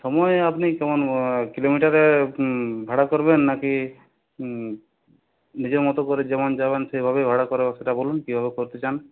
সময় আপনি কেমন কিলোমিটারে ভাড়া করবেন নাকি নিজের মতো করে যেমন যাবেন সেভাবেই ভাড়া করা হবে সেটা বলুন কীভাবে করতে চান